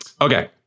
Okay